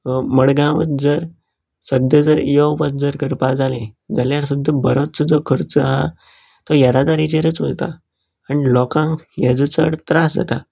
मडगांव जर सद्दां जर यो वच जर करपा जालें जाल्यार सुद्दां बरोचसो जो खर्च आहा तो येरादारीचेरच वयता आनी लोकांक हेजो चड त्रास जाता